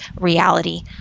reality